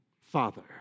Father